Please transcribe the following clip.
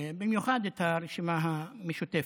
בייחוד כלפי הרשימה המשותפת.